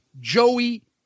Joey